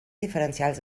diferencials